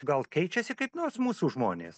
gal keičiasi kaip nors mūsų žmonės